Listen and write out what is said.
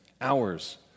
hours